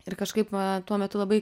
ir kažkaip va tuo metu labai